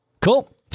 cool